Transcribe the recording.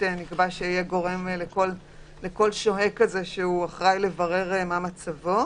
נקבע שלכל שוהה יהיה גורם שאחראי לברר מה מצבו.